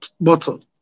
bottle